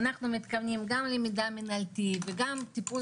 אנחנו מתכוונים גם למידע מנהלתי וגם טיפול